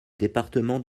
département